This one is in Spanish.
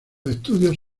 estudios